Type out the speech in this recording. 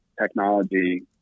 technology